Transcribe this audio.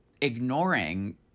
ignoring